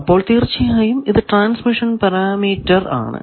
അപ്പോൾ തീർച്ചയായും ഇത് ട്രാൻസ്മിഷൻ പരാമീറ്റർ ആണ്